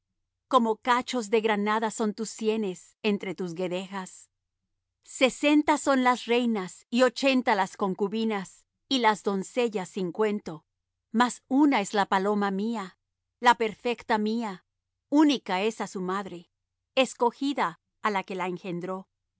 como cachos de granada son tus sienes entre tus guedejas sesenta son las reinas y ochenta las concubinas y las doncellas sin cuento mas una es la paloma mía la perfecta mía unica es á su madre escogida á la que la engendró